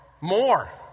more